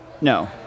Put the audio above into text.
No